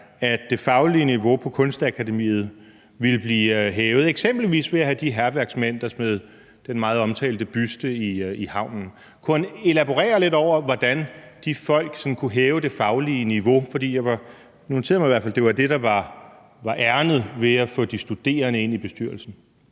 sig det faglige niveau på Kunstakademiet ville blive hævet eksempelvis ved at have de hærværksmænd, der smed den meget omtalte buste i havnen. Kunne han elaborere lidt over, hvordan de folk sådan kunne hæve det faglige niveau, for jeg noterede mig i hvert fald, at det var det, der var ærindet ved at få de studerende ind i bestyrelsen.